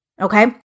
okay